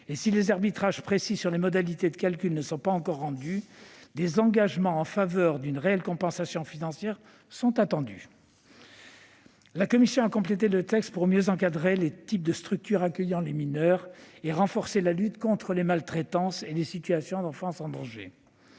Si les arbitrages précis sur les modalités de calcul ne sont encore pas rendus, des engagements en faveur d'une réelle compensation financière sont attendus. La commission a complété le texte pour mieux encadrer les types de structures accueillant les mineurs et renforcer la lutte contre les maltraitances ou les situations d'enfance en danger.